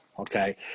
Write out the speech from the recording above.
Okay